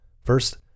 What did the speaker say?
First